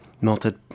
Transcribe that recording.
melted